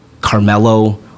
carmelo